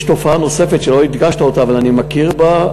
יש תופעה נוספת שלא הדגשת אותה אבל אני מכיר בה,